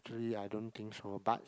really I don't think so but